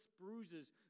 bruises